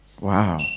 Wow